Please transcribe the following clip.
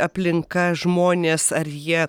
aplinka žmonės ar jie